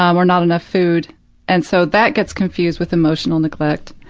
um, or not enough food and so that gets confused with emotional neglect,